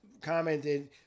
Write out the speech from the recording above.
commented